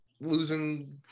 losing